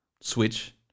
switch